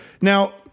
Now